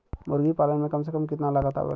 मुर्गी पालन में कम से कम कितना लागत आवेला?